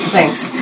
Thanks